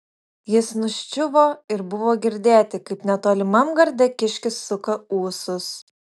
jis nuščiuvo ir buvo girdėti kaip netolimam garde kiškis suka ūsus